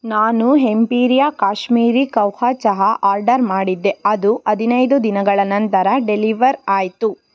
ನಾನು ಹೆಂಪೀರಿಯಾ ಕಾಶ್ಮೀರಿ ಕಹ್ವಾ ಚಹಾ ಆರ್ಡರ್ ಮಾಡಿದ್ದೆ ಅದು ಹದಿನೈದು ದಿನಗಳ ನಂತರ ಡೆಲಿವರ್ ಆಯಿತು